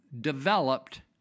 developed